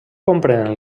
comprenen